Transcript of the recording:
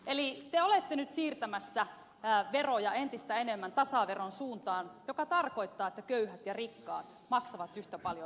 eli te olette nyt siirtämässä veroja entistä enemmän tasaveron suuntaan mikä tarkoittaa että köyhät ja rikkaat maksavat yhtä paljon veroja